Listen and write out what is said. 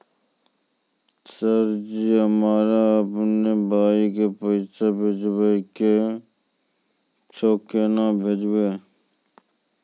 Sir ji हमरा अपनो भाई के पैसा भेजबे के छै, केना भेजबे?